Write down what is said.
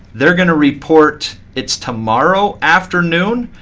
they're going to report it's tomorrow afternoon.